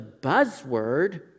buzzword